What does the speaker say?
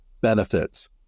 benefits